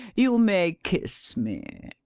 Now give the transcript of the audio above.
you may kiss me!